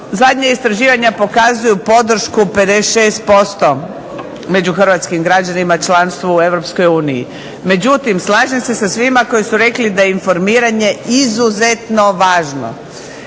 zadnja istraživanja pokazuju podršku 56% među Hrvatskim građanima članstvu u europskoj uniji, međutim, slažem se sa svima koji su rekli da je informiranje izuzetno važno.